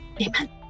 amen